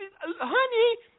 Honey